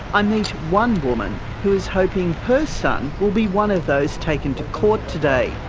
i meet one woman who is hoping her son will be one of those taken to court today.